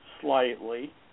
slightly